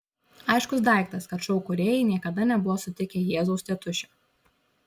aiškus daiktas kad šou kūrėjai niekada nebuvo sutikę jėzaus tėtušio